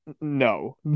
no